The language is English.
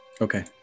Okay